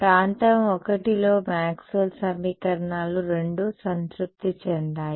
ప్రాంతం I లో Maxwell సమీకరణాలు రెండూ సంతృప్తి చెందాయి